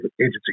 agency